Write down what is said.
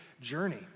journey